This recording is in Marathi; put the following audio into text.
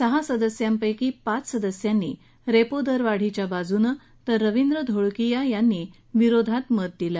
सहा सदस्यांपेकी पाच सदस्यांनी रेपोदर वाढीच्या बाजूनं तर रविन्द्र धोळकीया यांनी विरोधात मत दिलं